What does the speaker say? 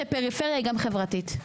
שפריפריה היא גם חברתית.